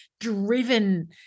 driven